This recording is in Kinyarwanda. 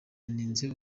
yanenze